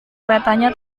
keretanya